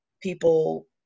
people